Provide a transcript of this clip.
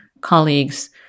colleagues